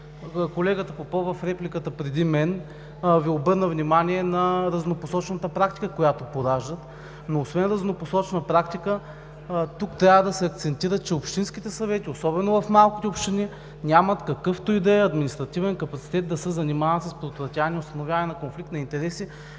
Колегата Попов в реплика преди мен Ви обърна внимание на разнопосочната практика, която пораждат. Освен върху разнопосочната практика, тук трябва да се акцентира, че общинските съвети, особено в малките общини, нямат какъвто и да е административен капацитет да се занимават с предотвратяване и установяване на конфликт на интереси.